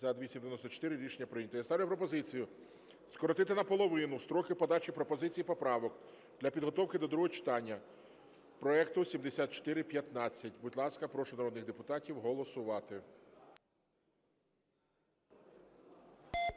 За-294 Рішення прийнято. Я ставлю пропозицію скоротити наполовину строки подачі пропозицій і поправок для підготовки до другого читання проекту 7415. Будь ласка, прошу народних депутатів голосувати.